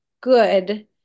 good